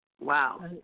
Wow